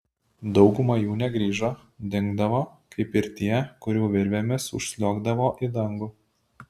dauguma jų negrįždavo dingdavo kaip ir tie kurie virvėmis užsliuogdavo į dangų